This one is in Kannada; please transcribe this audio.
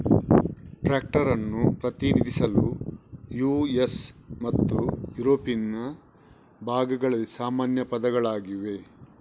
ಟ್ರಾಕ್ಟರ್ ಅನ್ನು ಪ್ರತಿನಿಧಿಸಲು ಯು.ಎಸ್ ಮತ್ತು ಯುರೋಪಿನ ಭಾಗಗಳಲ್ಲಿ ಸಾಮಾನ್ಯ ಪದಗಳಾಗಿವೆ